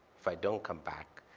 if i don't come back,